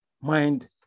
mind